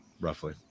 roughly